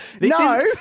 No